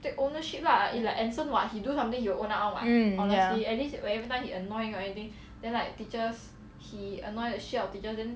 mm ya